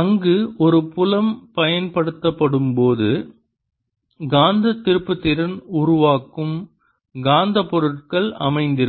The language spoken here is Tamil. அங்கு ஒரு புலம் பயன்படுத்தப்படும்போது காந்த திருப்புத்திறன் உருவாக்கும் காந்த பொருட்கள் அமர்ந்திருக்கும்